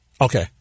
Okay